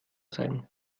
sein